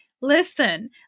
Listen